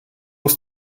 ist